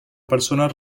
persones